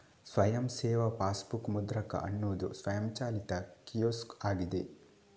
ಸ್ವಯಂ ಸೇವಾ ಪಾಸ್ಬುಕ್ ಮುದ್ರಕ ಅನ್ನುದು ಸ್ವಯಂಚಾಲಿತ ಕಿಯೋಸ್ಕ್ ಆಗಿದೆ